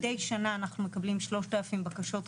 מדי שנה אנחנו מקבלים 3,000 בקשות חדשות.